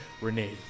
Renee